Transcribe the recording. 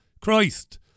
Christ